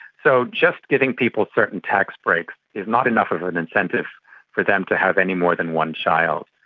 so just giving people certain tax breaks is not enough of an incentive for them to have any more than one child.